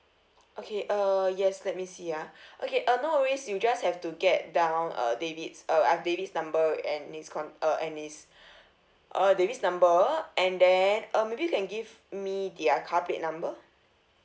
okay uh yes let me see ah okay uh no worries you just have to get down uh david's uh err david's number and his con~ uh and his uh david's number and then uh maybe you can give me their car plate number